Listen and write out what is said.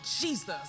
Jesus